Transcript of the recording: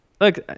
look